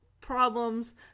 problems